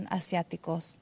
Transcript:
asiáticos